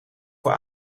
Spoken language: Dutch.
voor